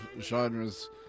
genres